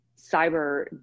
cyber